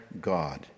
God